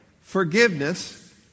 forgiveness